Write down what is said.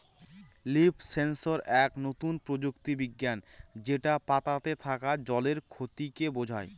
leaf sensor এক নতুন প্রযুক্তি বিজ্ঞান যেটা পাতাতে থাকা জলের ক্ষতিকে বোঝায়